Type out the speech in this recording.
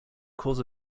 cause